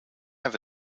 have